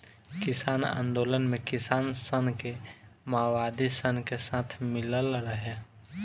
किसान आन्दोलन मे किसान सन के मओवादी सन के साथ मिलल रहे